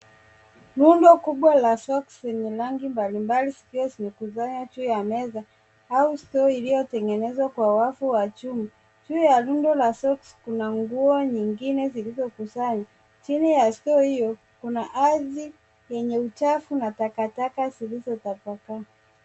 Rundo kubwa la soksi mbalimbali zikiwa zimekusanywa juu ya meza au store iliyotengenezewa kwa wavu wa chuma. Juu ya rundo la soksi kuna nguo nyingine zilizokusanywa. Chini ya store hiyo kuna ardhi yenye uchafu na takataka zilizotapaka.